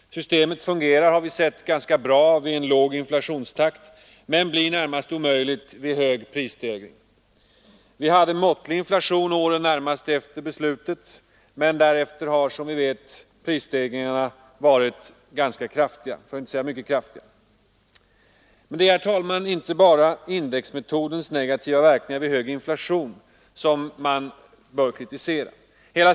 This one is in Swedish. Systemet fungerar ganska bra vid låg inflationstakt men blir närmast omöjligt vid hög prisstegring. Vi hade måttlig inflation åren närmast efter beslutet, men därefter har, som vi vet, utvecklingen varit mycket kraftig. Men det är inte bara, herr talman, indexmetodens negativa verkningar vid hög inflation som man bör kritisera.